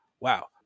Wow